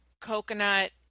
coconut